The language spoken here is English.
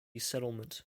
settlement